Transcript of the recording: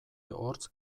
hortz